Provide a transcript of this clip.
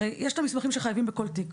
הרי יש את המסמכים שחייבים להיות בכל תיק.